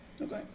Okay